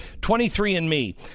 23andMe